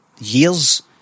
years